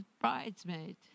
bridesmaid